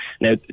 now